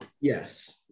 Yes